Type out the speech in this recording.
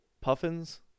puffins